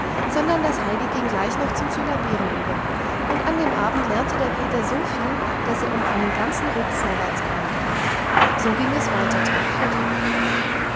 sondern das heidi ging gleich noch zum syllabieren über und an dem abend lernte der peter so viel daß er um einen ganzen ruck vorwärts kam so ging es weiter tag für tag